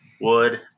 wood